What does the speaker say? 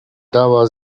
dała